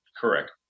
Correct